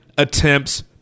Attempts